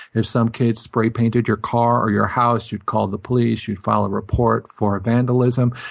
if some kid spray-painted your car or your house, you'd call the police. you'd file a report for vandalism.